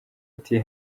ati